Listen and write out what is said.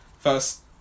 First